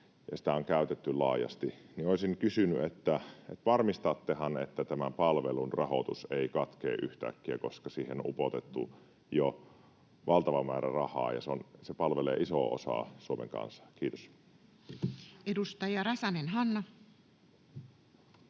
ja sitä on käytetty laajasti. Olisin kysynyt, että varmistattehan, että tämän palvelun rahoitus ei katkea yhtäkkiä, koska siihen on upotettu jo valtava määrä rahaa ja se palvelee isoa osaa Suomen kansasta? — Kiitos. Edustaja Räsänen, Hanna.